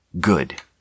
good